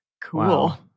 Cool